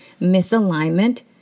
misalignment